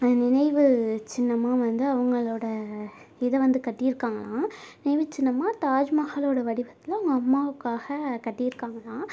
நினைவுச் சின்னமாக வந்து அவங்களோட இதை வந்து கட்டியிருக்காங்களாம் நினைவுச் சின்னமாக தாஜ்மஹாலோட வடிவத்தில் அவங்க அம்மாவுக்காக கட்டியிருக்காங்களாம்